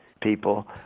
people